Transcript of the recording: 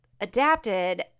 adapted